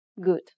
good